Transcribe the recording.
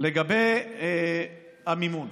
לגבי המימון,